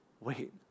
wait